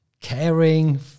caring